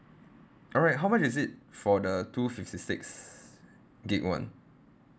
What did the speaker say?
alright how much is it for the two fifty six gig one